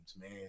man